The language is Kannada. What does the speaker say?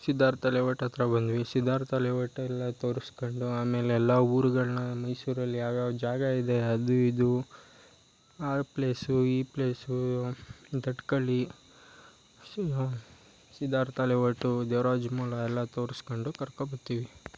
ಸಿದ್ಧಾರ್ಥ ಲೇಔಟ್ ಹತ್ರ ಬಂದ್ವಿ ಸಿದ್ಧಾರ್ಥ ಲೇಔಟ್ ಎಲ್ಲ ತೋರಿಸ್ಕೊಂಡು ಆಮೇಲೆಲ್ಲ ಊರುಗಳ್ನ ಮೈಸೂರಲ್ಲಿ ಯಾವ್ಯಾವ ಜಾಗ ಇದೆ ಅದು ಇದು ಆ ಪ್ಲೇಸು ಈ ಪ್ಲೇಸು ದಟ್ಕಳ್ಳಿ ಸಿದ್ಧಾರ್ಥ ಲೇಔಟು ದೇವ್ರಾಜ ಮೋಹಲ್ಲಾ ಎಲ್ಲ ತೋರಿಸ್ಕೊಂಡು ಕರ್ಕೊಬತ್ತಿವಿ